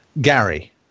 Gary